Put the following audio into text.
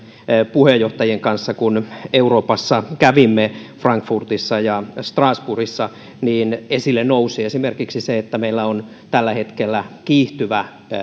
puheenjohtajien kanssa euroopassa frankfurtissa ja strasbourgissa esille nousi esimerkiksi se että meillä on tällä hetkellä kiihtyvä